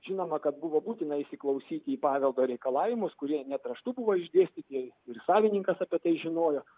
žinoma kad buvo būtina įsiklausyti į paveldo reikalavimus kurie net raštu buvo išdėstyti ir savininkas apie tai žinojo